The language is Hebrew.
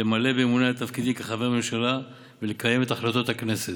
למלא באמונה את תפקידי כחבר בממשלה ולקיים את החלטות הכנסת.